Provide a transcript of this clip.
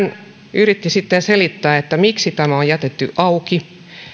yritti sitten selittää miksi tämä on jätetty auki